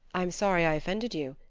i'm sorry i offended you.